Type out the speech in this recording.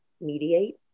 mediate